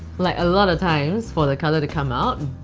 like a lot of times, for the colour to come out.